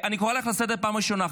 אני קורא אותך לסדר פעם ראשונה,